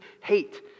hate